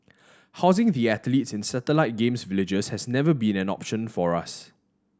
housing the athletes in satellite Games Villages has never been an option for us